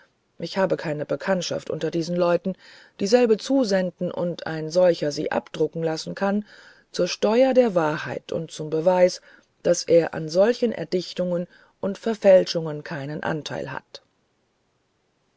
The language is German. ich habe keine bekanntschaft unter diesen leuten dieselbe zusenden und ein solcher sie abdrucken lassen kann zur steuer der wahrheit und zum beweis daß er an solchen erdichtungen und verfälschungen keinen anteil hat